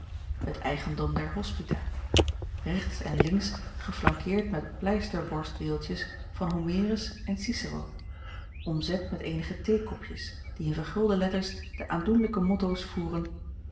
het eigendom der hospita rechts en links geflankeerd met pleisterborstbeeldjes van homerus en cicero omzet met eenige theekopjes die in vergulde letters de aandoenlijke mottoos voeren